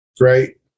right